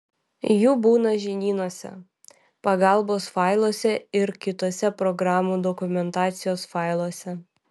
jų būna žinynuose pagalbos failuose ir kituose programų dokumentacijos failuose